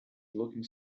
looking